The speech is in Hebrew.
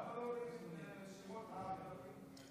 למה אין את שמות הדוברים?